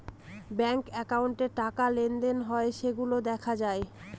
bank একাউন্টে টাকা লেনদেন হয় সেইগুলা দেখা যায়